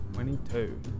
Twenty-two